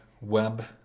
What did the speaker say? web